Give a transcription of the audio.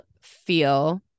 feel